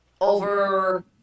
over